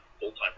full-time